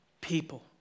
people